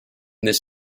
this